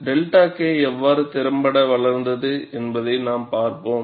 𝜹 K எவ்வாறு திறம்பட வளர்ந்தது என்பதை நாம் பார்ப்போம்